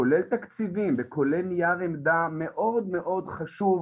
כולל תקציבים וכולל נייר עמדה מאוד מאוד חשוב,